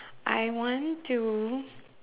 I want to